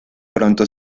pronto